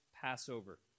Passover